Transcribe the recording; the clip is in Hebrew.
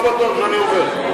לא בטוח שאני עובר.